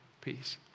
peace